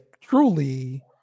truly